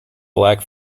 black